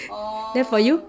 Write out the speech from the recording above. then for you